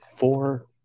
four